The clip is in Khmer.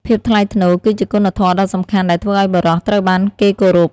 ភាពថ្លៃថ្នូរ គឺជាគុណធម៌ដ៏សំខាន់ដែលធ្វើឲ្យបុរសត្រូវបានគេគោរព។